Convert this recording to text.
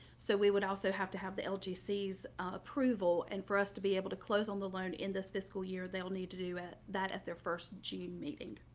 so we would also have to have the lg c's approval and for us to be able to close on the loan in this fiscal year they'll need to do at that at their first june meeting.